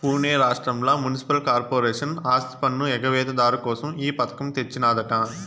పునే రాష్ట్రంల municipal corporation ఆస్తిపన్ను ఎగవేత దారు కోసం ఈ పథకం తెచ్చినాదట